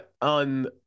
on